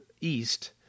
East